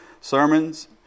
sermons